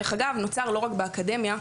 נוצר לא רק באקדמיה,